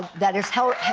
that is